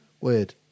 Weird